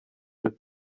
with